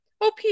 OP